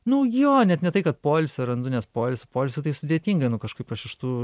nu jo net ne tai kad poilsį randu nes poilsį poilsį tai sudėtinga nu kažkaip aš iš tų